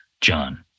John